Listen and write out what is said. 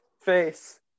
face